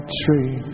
tree